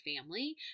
family